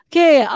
Okay